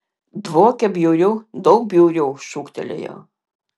dvokia bjauriau daug bjauriau šūktelėjo